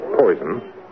Poison